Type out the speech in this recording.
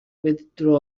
withdrew